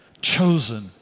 chosen